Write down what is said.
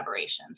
collaborations